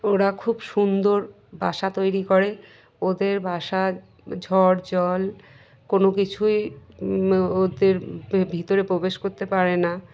ওরা খুব সুন্দর বাসা তৈরি করে ওদের বাসা ঝড় জল কোনো কিছুই ওদের ভিতরে প্রবেশ করতে পারে না